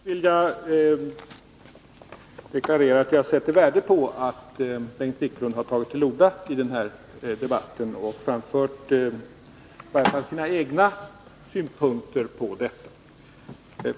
Herr talman! Först vill jag deklarera att jag sätter värde på att Bengt Wiklund har tagit till orda i den här debatten och framfört i varje fall sina egna synpunkter på detta.